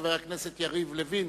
חבר הכנסת יריב לוין,